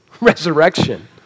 Resurrection